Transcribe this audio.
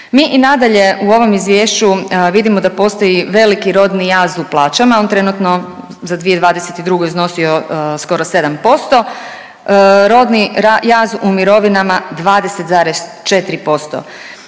Mi i nadalje u ovome izvješću vidimo da postoji veliki rodni jaz u plaćam, on je trenutno za 2022. iznosio skoro 7%, rodni jaz u mirovinama 20,4%,